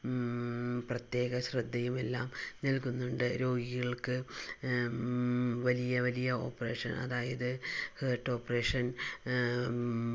പ്രത്യേക ശ്രദ്ധയുമെല്ലാം നൽകുന്നുണ്ട് രോഗികൾക്ക് വലിയ വലിയ ഓപ്പറേഷൻ അതായത് ഹേർട്ട് ഓപ്പറേഷൻ